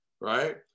right